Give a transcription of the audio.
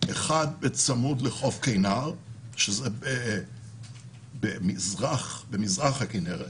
אחד בצמוד לחוף כינר, שזה במזרח הכינרת,